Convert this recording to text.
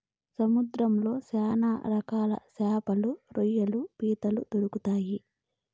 సముద్రంలో శ్యాన రకాల శాపలు, రొయ్యలు, పీతలు దొరుకుతాయి